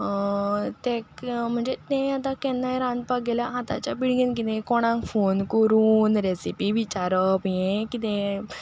ताका म्हणजें तें आतां केन्नाय रांदपाक गेल्यार आतांच्या पिळगेंत कितें कोणाक फोन करून रेसिपी विचारप हें कितें